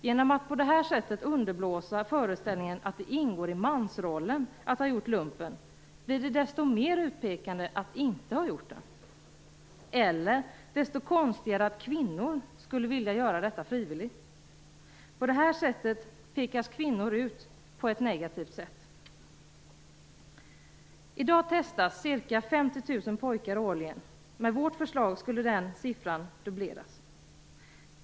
Genom att på det här sättet underblåsa föreställningen att det ingår i mansrollen att ha gjort lumpen blir det desto mer utpekande att inte ha gjort det, eller desto konstigare att kvinnor skulle vilja göra detta frivilligt. På det här sättet pekas kvinnor ut på ett negativt sätt. I dag testas ca 50 000 pojkar årligen. Med vårt förslag skulle den siffran dubbleras.